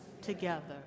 together